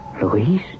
Louise